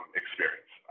experience